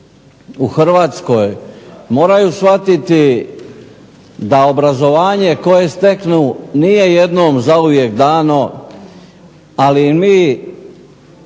u Hrvatskoj moraju shvatiti da obrazovanje koje steknu nije jednom zauvijek dano. Ali mi